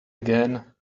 again